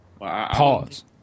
Pause